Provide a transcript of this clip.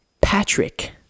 Patrick